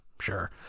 Sure